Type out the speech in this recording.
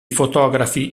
fotografi